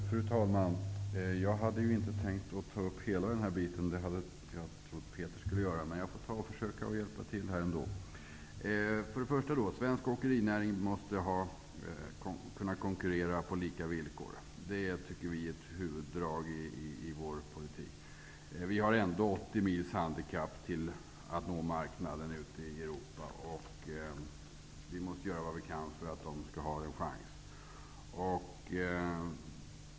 Fru talman! Jag hade inte tänkt att tala om hela detta område. Det hade jag trott att Peter Kling skulle göra. Men jag får försöka hjälpa till. Först och främst måste svensk åkerinäring kunna konkurrera på lika villkor. Det är ett huvuddrag i vår politik. Vi har ändå 80 mils handikapp när det gäller att nå marknaden ute i Europa, och vi måste göra vad vi kan för att denna näring skall ha en chans.